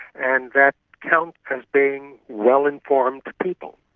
and that counts as being well-informed people.